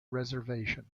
reservation